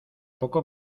poco